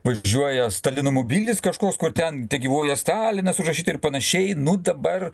važiuoja stalinamobilis kažkoks kur ten tegyvuoja stalinas užrašyta ir panašiai nu dabar